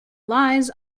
lies